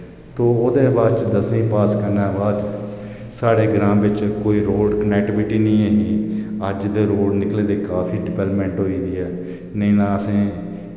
तो ओह्दे बाद च दसमी पास करने बाद च साढ़े ग्रां बिच कोई रोड़ कनेक्टविटी नेईं ऐ ही अज्ज ते रोड़ निकले दे काफी डिवैलपमेंट होई दी ऐ नेईं तां असें